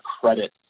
credit